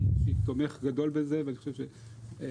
אני אישית תומך גדול בזה, ואני חושב שפעלתי.